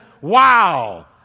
wow